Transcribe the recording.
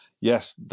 Yes